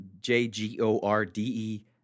J-G-O-R-D-E